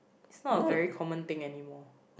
it's not a very common thing anymore